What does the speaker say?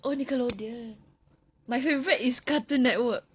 oh nickelodeon my favourite is cartoon network